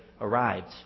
arrived